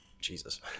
Jesus